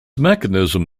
mechanism